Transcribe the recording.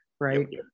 right